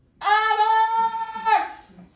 Alex